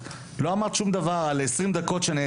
לא אמרת שום דבר על זה שהמשחק נעצר ל-20 דקות.